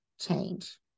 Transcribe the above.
change